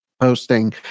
posting